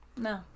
no